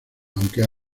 aunque